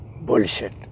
Bullshit